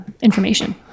information